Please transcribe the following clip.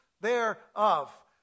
thereof